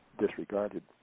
disregarded